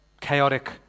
chaotic